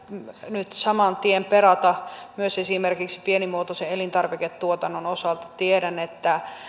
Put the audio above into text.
nyt saman tien perata myös esimerkiksi pienimuotoisen elintarviketuotannon osalta tiedän että